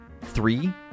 three